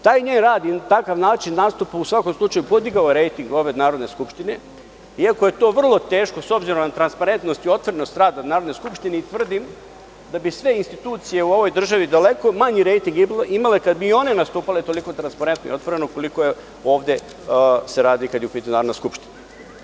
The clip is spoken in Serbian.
Taj njen rad i takav način nastupa u svakom slučaju podigao je rejting ove Narodne skupštine, iako je to vrlo teško s obzirom na transparentnost i otvorenost rada Narodne skupštine i tvrdim da bi sve institucije u ovoj državi daleko manji rejting imale kada bi i one nastupale toliko transparentno i otvoreno koliko se ovde radi kada je u pitanju Narodna skupština.